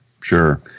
sure